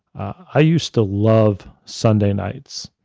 i used to love sunday nights.